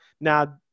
Now